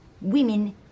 women